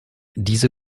diese